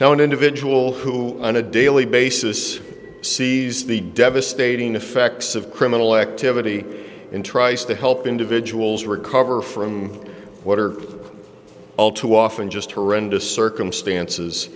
an individual who on a daily basis sees the devastating effects of criminal activity and tries to help individuals recover from what are all too often just horrendous circumstances